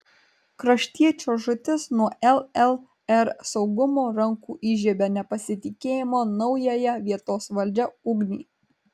kraštiečio žūtis nuo llr saugumo rankų įžiebė nepasitikėjimo naująją vietos valdžia ugnį